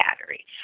battery